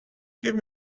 give